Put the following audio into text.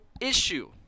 issue